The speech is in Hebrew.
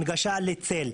הנגשה לצל,